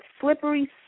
slippery